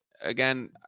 Again